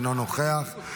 אינו נוכח,